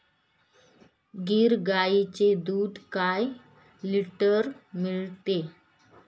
गीर गाईचे दूध काय लिटर मिळते?